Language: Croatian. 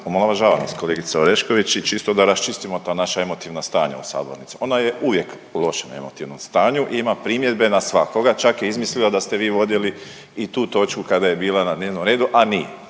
Omalovažava nas kolegica Orešković i čisto da rasčistimo ta naša emotivna stanja u sabornici. Ona je uvijek u lošem emotivnom stanju i ima primjedbe na svakoga, čak je izmislila da ste vi vodili i tu točku kada je bila na dnevnom redu, a nije.